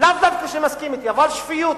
לאו דווקא שמסכים אתי אבל שפיות,